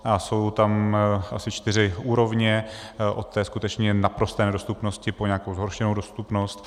A jsou tam asi čtyři úrovně, od té skutečně naprosté nedostupnosti po nějakou zhoršenou dostupnost.